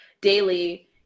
daily